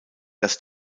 dass